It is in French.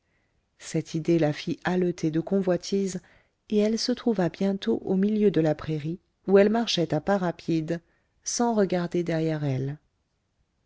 cette idée la fit haleter de convoitise et elle se trouva bientôt au milieu de la prairie où elle marchait à pas rapides sans regarder derrière elle